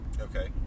okay